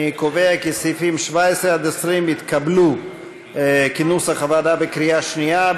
אני קובע כי סעיפים 17 20 התקבלו כנוסח הוועדה בקריאה שנייה.